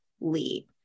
Lee